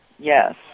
Yes